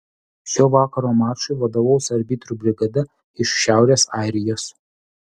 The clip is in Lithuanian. šio vakaro mačui vadovaus arbitrų brigada iš šiaurės airijos